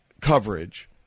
coverage